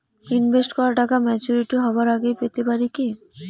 Invest করা টাকা maturity হবার আগেই পেতে পারি কি?